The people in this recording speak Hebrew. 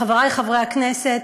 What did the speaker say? חברי חברי הכנסת,